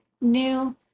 new